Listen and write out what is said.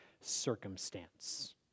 circumstance